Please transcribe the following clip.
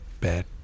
bad